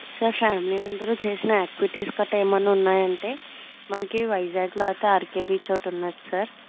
sir family అందరూ చేసిన activities కట్టా ఎమైనా ఉన్నాయా అంటే మనకి వైజాగ్లో అయితే ఆర్కే బీచ్ ఒకటి ఉన్నది సార్